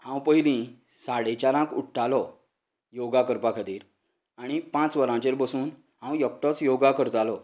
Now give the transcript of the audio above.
हांव पयलीं साडे चारांक उठ्ठालों योगा करपा खातीर आनी पांच वरांचेर बसून हांव एकटोच योगा करतालों